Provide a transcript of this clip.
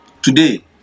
Today